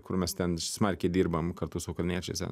kur mes ten smarkiai dirbam kartu su kiniečiais ten